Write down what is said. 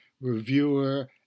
reviewer